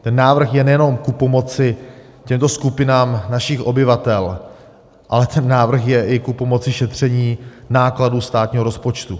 Ten návrh je nejenom ku pomoci těmto skupinám našich obyvatel, ale ten návrh je i ku pomoci šetření nákladů státního rozpočtu.